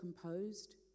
composed